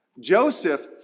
Joseph